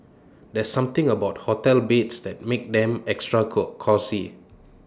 there's something about hotel beds that makes them extra co cosy